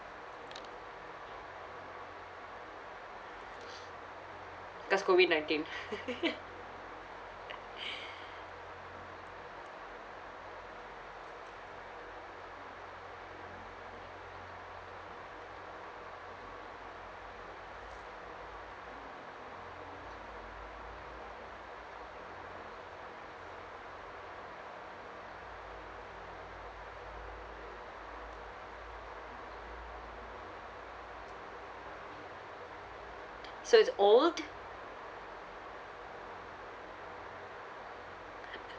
cause COVID nineteen so it's old